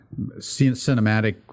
cinematic